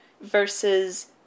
versus